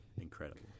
Incredible